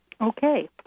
Okay